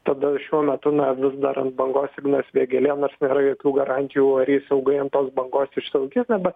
tada šiuo metu na vis dar ant bangos ignas vėgėlė nors nėra jokių garantijų ar jis ilgai ant tos bangos išsilaikys na bet